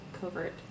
covert